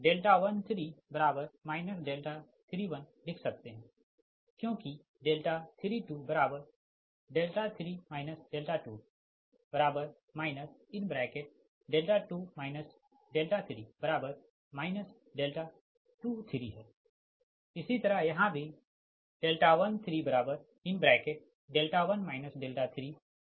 और तब हम 32 23 और 13 31लिख सकते है क्योंकि 323 2 2 3 23 है इसी तरह यहाँ भी 131 3 3 1 31 है